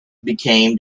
became